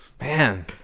man